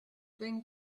then